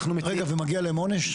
רגע, ומגיע להם עונש?